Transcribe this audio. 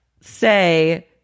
say